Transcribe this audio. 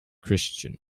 christian